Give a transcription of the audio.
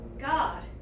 God